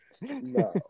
No